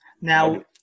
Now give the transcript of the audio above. Now